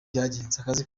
byagenze